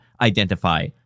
identify